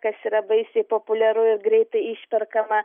kas yra baisiai populiaru ir greitai išperkama